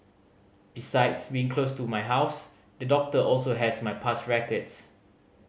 besides being close to my house the doctor also has my past records